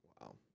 Wow